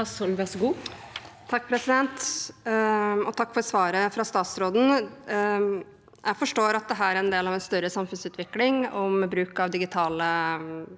Takk til statsråd- en for svaret. Jeg forstår at dette er en del av en større samfunnsutvikling med bruk av digitale